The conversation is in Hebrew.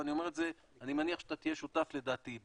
אני מניח שאתה תהיה שותף לדעתי,